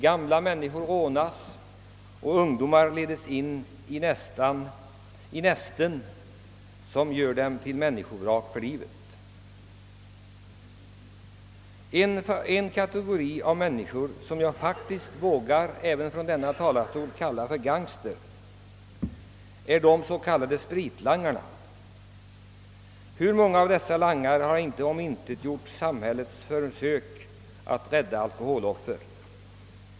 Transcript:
Gamla människor rånas och ungdomar ledes in i nästen som gör dem till människovrak för livet. En kategori av människor, som jag faktiskt även från denna talarstol vågar kalla för gangsters, är de s.k. spritlangarna. Hur många av dessa langare har inte omintetgjort samhällets försök att rädda alkoholoffer.